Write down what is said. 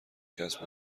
کسب